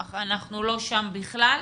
אנחנו בכלל לא שם.